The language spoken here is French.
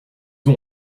ont